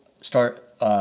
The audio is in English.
start